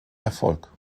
erfolg